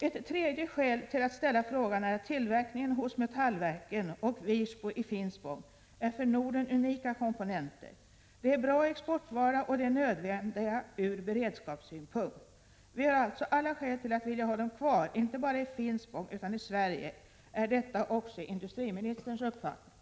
Ett tredje skäl till att ställa frågan är att tillverkningen hos Metallverken och Wirsbo i Finspång gäller för Norden unika komponenter. Dessa är bra exportvaror, och de är nödvändiga ur beredskapssynpunkt. Vi har alltså alla skäl att vilja ha dem kvar inte bara i Finspång utan i Sverige. Är detta också industriministerns uppfattning?